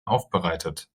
aufbereitet